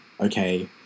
okay